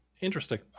interesting